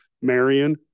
Marion